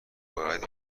باید